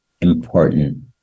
important